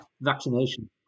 vaccination